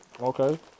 Okay